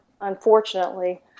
unfortunately